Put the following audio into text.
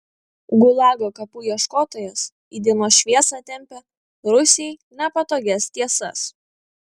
gulago kapų ieškotojas į dienos šviesą tempia rusijai nepatogias tiesas